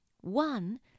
One